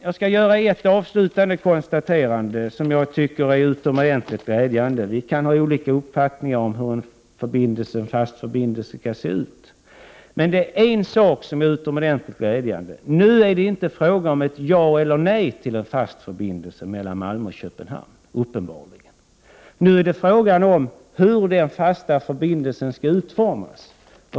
Låt mig göra ett avslutande konstaterande, som jag tycker är utomordentligt glädjande. Vi kan ha olika uppfattningar om hur en fast förbindelse mellan Sverige och Danmark skall se ut. Men det glädjande är att det inte nu är fråga om ett ja eller nej till en fast förbindelse mellan Malmö och Köpenhamn, utan det är fråga om hur den fasta förbindelsen skall utformas.